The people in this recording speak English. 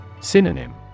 Synonym